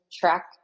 track